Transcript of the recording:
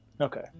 Okay